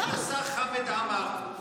יש את השר חמד עמאר,